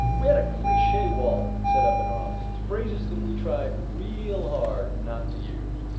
we had a cliche wall set up in our offices. phrases that we tried real hard not to use.